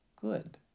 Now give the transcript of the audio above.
good